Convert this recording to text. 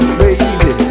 baby